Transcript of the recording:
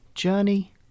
journey